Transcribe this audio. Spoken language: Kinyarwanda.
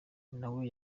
nawe